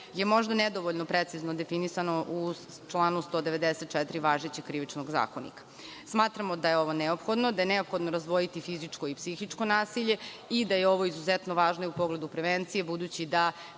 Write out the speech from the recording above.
je možda nedovoljno precizno definisano u članu 194. važećeg krivičnog zakonika. Smatramo da je ovo neophodno, da je neophodno razdvojiti fizičko i psihičko nasilje i da je ovo izuzetno važno u pogledu prevencije, buduće da